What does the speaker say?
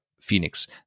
Phoenix